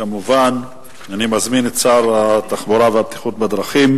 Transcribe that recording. כמובן, אני מזמין את שר התחבורה והבטיחות בדרכים,